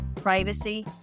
privacy